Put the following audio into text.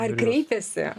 ar kreipiasi